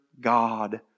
God